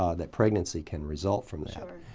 um that pregnancy can result from